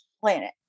planet